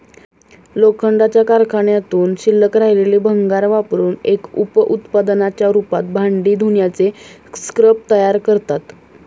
लोखंडाच्या कारखान्यातून शिल्लक राहिलेले भंगार वापरुन एक उप उत्पादनाच्या रूपात भांडी धुण्याचे स्क्रब तयार करतात